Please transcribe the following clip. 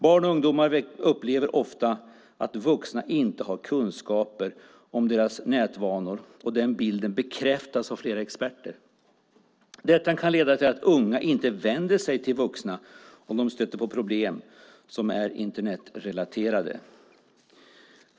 Barn och ungdomar upplever ofta att vuxna inte har kunskaper om deras nätvanor, och den bilden bekräftas av flera experter. Detta kan leda till att unga inte vänder sig till vuxna om de stöter på problem som är Internetrelaterade.